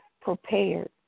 prepared